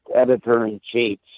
editor-in-chief